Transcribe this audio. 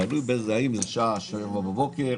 תלוי האם זה בשעה 7 בבוקר,